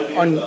on